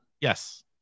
yes